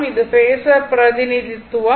இது பேஸர் பிரதிநிதித்துவம்